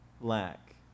lack